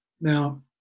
Now